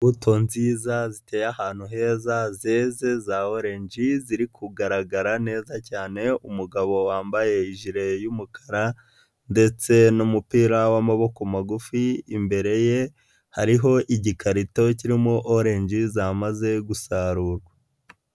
Imbuto nziza ziteye ahantu heza zeze za orenje ziri kugaragara neza cyane. Umugabo wambaye ijire y'umukara ndetse n'umupira w'amaboko magufi imbere ye hariho igikarito kirimo orenji zamaze gusarurwa.